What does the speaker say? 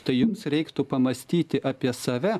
tai jums reiktų pamąstyti apie save